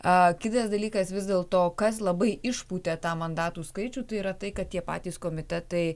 a kitas dalykas vis dėlto kas labai išpūtė tą mandatų skaičių tai yra tai kad tie patys komitetai